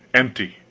empty